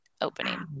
opening